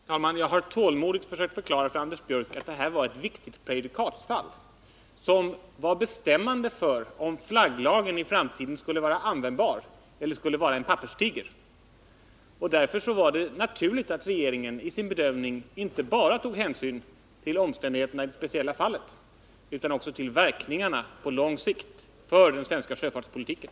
Herr talman! Jag har tålmodigt försökt förklara för Anders Björck att det här var ett viktigt prejudikatsfall som var bestämmande för om flagglagen i framtiden skulle vara användbar eller bara vara en papperstiger. Därför var det naturligt att regeringen i sin bedömning inte bara tog hänsyn till omständigheterna i det speciella fallet utan också till verkningarna på lång sikt för den svenska sjöfartspolitiken.